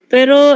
Pero